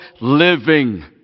living